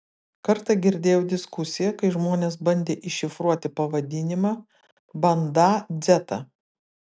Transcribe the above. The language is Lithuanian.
kartą girdėjau diskusiją kai žmonės bandė iššifruoti pavadinimą bandą dzeta